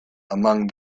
among